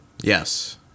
yes